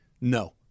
No